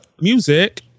music